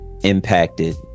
impacted